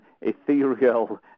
ethereal